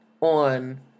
on